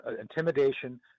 intimidation